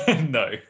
No